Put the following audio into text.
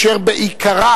אשר בעיקרה,